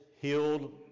healed